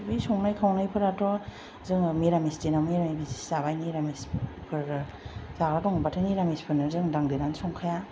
बे संनाय खावनायफोराथ' जोङो मिरामिस दिनाव मिरामिस जाबाय मिरामिसफोर जाग्रा दङब्लाथाय मिरामिसफोरनो जों दांदेरनान संखाया